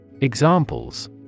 Examples